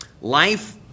life